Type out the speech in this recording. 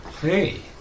Hey